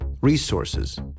resources